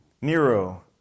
Nero